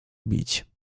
bić